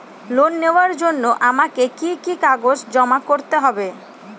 Loan নেওয়ার জন্য আমাকে কি কি কাগজ জমা করতে হবে?